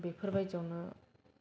बेफोरबायदियावनो